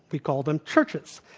we call them churches.